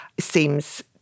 seems